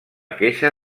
queixa